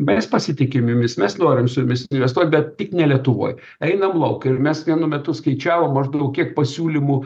mes pasitikim jumis mes norim su jumis investuot bet tik ne lietuvoj einam lauk ir mes vienu metu skaičiavom maždaug kiek pasiūlymų